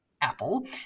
apple